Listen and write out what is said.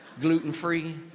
gluten-free